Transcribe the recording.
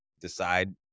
decide